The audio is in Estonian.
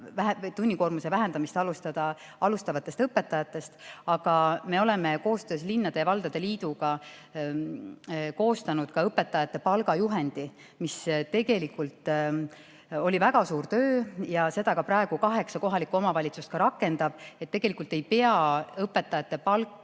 tunnikoormuse vähendamist alustada alustavatest õpetajatest. Me oleme koostöös linnade ja valdade liiduga koostanud ka õpetajate palgajuhendi. See oli tegelikult väga suur töö ja seda praegu kaheksa kohalikku omavalitsust ka rakendavad. Tegelikult ei pea õpetajate palka